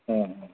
ಹಾಂ ಹಾಂ